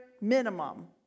minimum